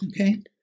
Okay